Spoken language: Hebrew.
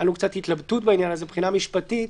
הייתה לנו קצת התלבטות בעניין הזה בחינה משפטית,